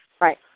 Right